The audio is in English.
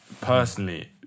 Personally